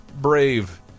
Brave